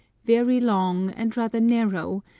very long, and rather narrow,